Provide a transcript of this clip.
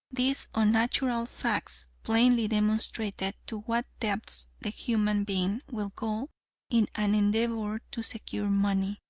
these unnatural facts plainly demonstrated to what depths the human being, will go in an endeavor to secure money,